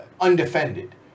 undefended